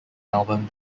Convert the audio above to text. melbourne